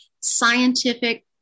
scientific